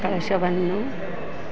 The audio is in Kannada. ಕಳಶವನ್ನು